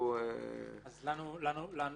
האם